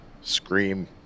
scream